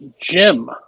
Jim